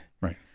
Right